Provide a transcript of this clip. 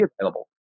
available